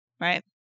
right